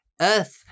Earth